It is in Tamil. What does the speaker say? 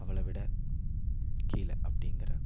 அவளை விட கீழே அப்படிங்கிற